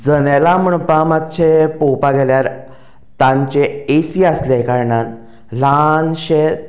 जनेलां म्हणल्यार मातशें पळोवपा गेल्यार तांचे एसी आसले कारणान ल्हानशें